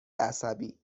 عصبی